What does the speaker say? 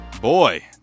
boy